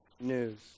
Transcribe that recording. news